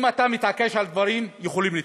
אם אתה מתעקש על דברים, הם יכולים להתקדם.